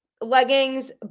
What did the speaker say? leggings